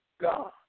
God